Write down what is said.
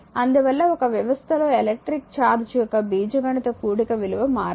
అందువల్లఒక వ్యవస్థ లో electric charge యొక్క బీజగణిత కూడిక విలువ మారదు